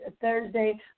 Thursday